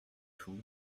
fond